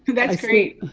that's great.